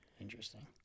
Interesting